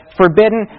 forbidden